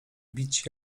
bić